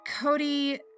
Cody